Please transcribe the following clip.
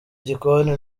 gikoni